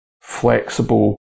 flexible